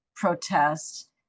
protest